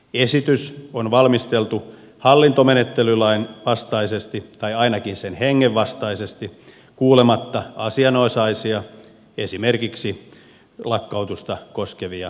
esitys on valmisteltu hallintomenettelylain vastaisesti tai ainakin sen hengen vastaisesti kuulematta asianosaisia esimerkiksi lakkautusta koskevia kuntia